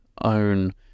own